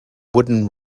wooden